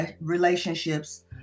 relationships